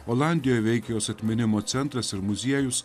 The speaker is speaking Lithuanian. olandijoj veikia jos atminimo centras ir muziejus